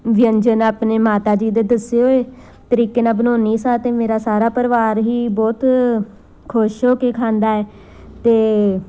ਵਿਅੰਜਨ ਆਪਣੇ ਮਾਤਾ ਜੀ ਦੇ ਦੱਸੇ ਹੋਏ ਤਰੀਕੇ ਨਾਲ ਬਣਾਉਂਦੀ ਸਾਂ ਤਾਂ ਮੇਰਾ ਸਾਰਾ ਪਰਿਵਾਰ ਹੀ ਬਹੁਤ ਖੁਸ਼ ਹੋ ਕੇ ਖਾਂਦਾ ਹੈ ਅਤੇ